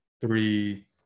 three